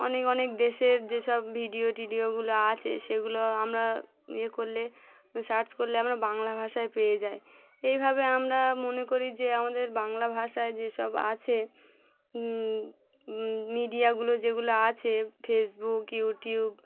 অনেক অনেক দেশের যেসব ভিডিও টিডিওগুলো আছে সেগুলো আমরা ইয়ে করলে সার্চ করলে আমরা বাংলা ভাষায় পেয়ে যাই এইভাবে আমরা মনে করি যে আমাদের বাংলা ভাষায় যেসব আছে মিডিয়াগুলো যেগুলো আছে ফেসবুক ইউটিউব